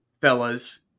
fellas